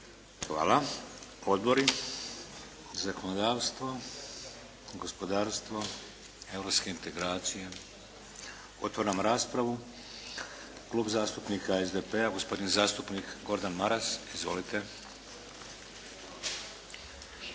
Hvala. Odbori zakonodavstvo, gospodarstvo, europske integracije? Otvaram raspravu. Klub zastupnika SDP-a gospodin zastupnik Gordan Maras. Izvolite. **Maras,